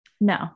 No